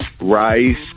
rice